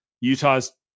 Utah's